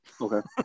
Okay